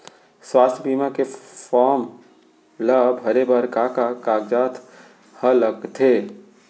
स्वास्थ्य बीमा के फॉर्म ल भरे बर का का कागजात ह लगथे?